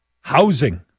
housing